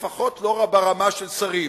לפחות לא ברמה של שרים.